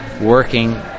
working